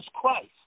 Christ